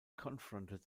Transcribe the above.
confronted